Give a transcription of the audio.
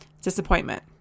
disappointment